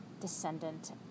descendant